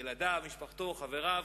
ילדיו, משפחתו, חבריו,